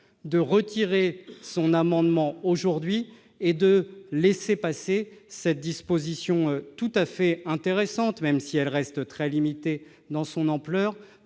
de retirer son amendement et d'accepter cette disposition tout à fait intéressante, même si elle reste très limitée dans son ampleur,